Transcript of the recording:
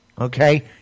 Okay